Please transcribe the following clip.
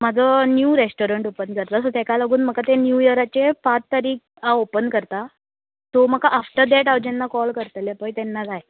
म्हाजो new restaurant open जाता सो तेका लागून म्हाका तें न्यू इयराचे पांच तारीख हांव ओपन करता सो म्हाका आफ्टर दॅट हांव जेन्ना कॉल करतलें पय तेन्ना जाय